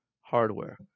hardware